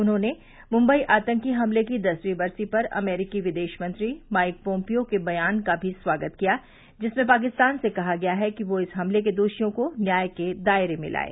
उन्होंने मुंबई आतंकी हमले की दसवीं बरसी पर अमरीकी विदेशमंत्री माइक पोम्पियों के बयान का भी स्वागत किया जिसमें पाकिस्तान से कहा गया है कि वह इस हमले के दोषियों को न्याय के दायरे में लाये